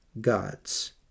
God's